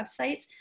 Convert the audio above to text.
websites